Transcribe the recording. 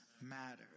matters